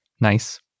Nice